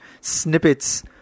snippets